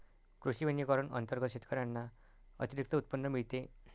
कृषी वनीकरण अंतर्गत शेतकऱ्यांना अतिरिक्त उत्पन्न मिळते